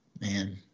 man